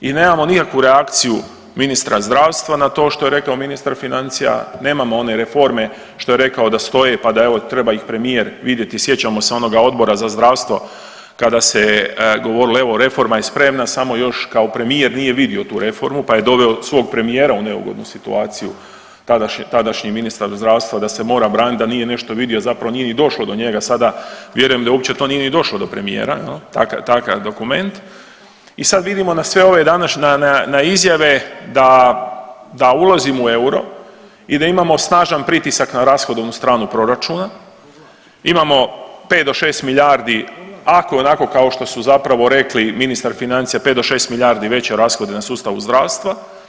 I nemamo nikakvu reakciju ministra zdravstva na to što je rekao ministar financija, nemamo one reforme što je rekao da stoje, pa da evo, treba ih premijer vidjeti, sjećamo se onog Odbora za zdravstvo kada se govorimo, evo, reforma je spremna, samo još kao premijer nije vidio tu reformu pa je doveo svog premijera u neugodnu situaciju tadašnji ministar zdravstva da se mora braniti, da nije nešto vidio, zapravo nije ni došlo do njega sada vjerujem da uopće to nije ni došlo do premijera, takav dokument i sad vidimo na sve ove današnje, na izjave da ulazimo u euro i da imamo snažan pritisak na rashodovnu stranu proračuna, imamo 5 do 6 milijardi, ako je onako kao što su zapravo rekli ministar financija, 5 do 6 milijardi veće rashode na sustavu zdravstva.